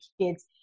kids